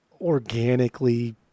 organically